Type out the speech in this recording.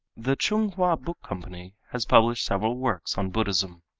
the chung hua book company has published several works on buddhism.